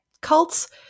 cults